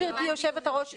גבירתי יושבת-הראש,